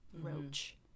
roach